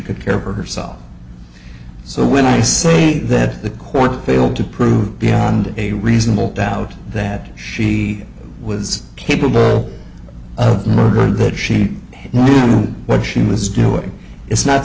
could care for herself so when i say that the court failed to prove beyond a reasonable doubt that she was capable of murder or that she knew what she was doing it's not